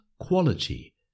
quality